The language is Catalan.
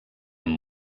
amb